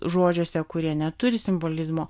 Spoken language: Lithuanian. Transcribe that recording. žodžiuose kurie neturi simbolizmo